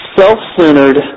self-centered